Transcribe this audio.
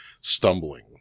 stumbling